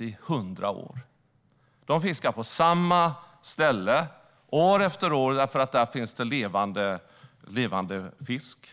i 100 år. Man fiskar på samma ställe år efter år, för där finns det levande fisk.